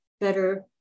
better